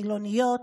חילוניות,